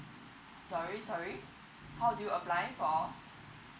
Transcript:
sorry sorry how do you apply for